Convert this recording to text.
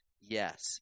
Yes